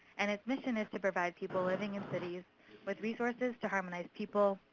and its mission is to provide people living in cities with resources to harmonize people,